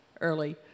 early